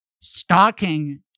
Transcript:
stalking